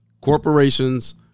Corporations